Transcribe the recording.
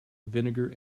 vinegar